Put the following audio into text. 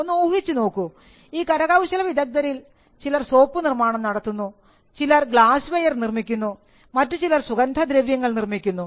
ഒന്നു ഊഹിച്ചു നോക്കൂ ഈ കരകൌശല വിദഗ്ധരിൽ ചിലർ സോപ്പ് നിർമ്മാണം നടത്തുന്നു ചിലർ ഗ്ലാസ് വെയർ നിർമ്മിക്കുന്നു മറ്റു ചിലർ സുഗന്ധദ്രവ്യങ്ങൾ നിർമ്മിക്കുന്നു